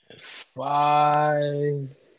Five